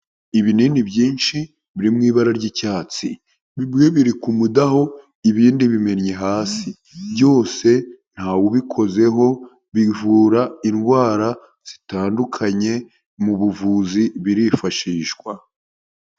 Ibinini byinshi biri mu ibara ry'icyatsi bimwe biri ku mudaho, ibindi bimennye hasi byose ntawe ubikozeho, bivura indwara zitandukanye mu buvuzi birifashishwa.